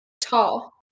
tall